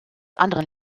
anderen